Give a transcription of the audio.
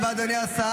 תודה רבה, אדוני השר.